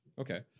Okay